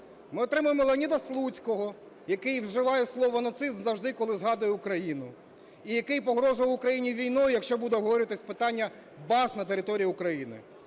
Ми отримаємо Леоніда Слуцького, який вживає слово "нацизм" завжди, коли згадує Україну, і який погрожував Україні війною, якщо буде обговорюватися питання баз на території України.